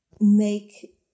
make